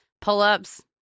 pull-ups